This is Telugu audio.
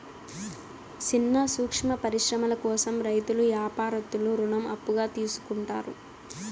సిన్న సూక్ష్మ పరిశ్రమల కోసం రైతులు యాపారత్తులు రుణం అప్పుగా తీసుకుంటారు